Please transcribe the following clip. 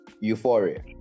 euphoria